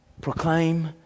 proclaim